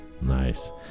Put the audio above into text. Nice